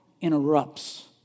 interrupts